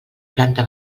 planta